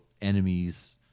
enemies